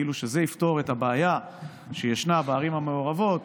כאילו שזה יפתור את הבעיה שישנה בערים המעורבות,